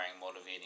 motivating